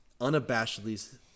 unabashedly